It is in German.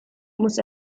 muss